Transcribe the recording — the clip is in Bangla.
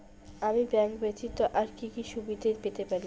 আমি ব্যাংক ব্যথিত আর কি কি সুবিধে পেতে পারি?